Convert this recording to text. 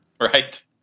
right